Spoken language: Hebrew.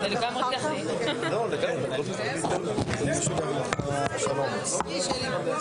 הספרייה הלאומית ואני מרשה לעצמי להזכיר